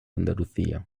andalucía